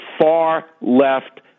far-left